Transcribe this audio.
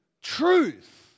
truth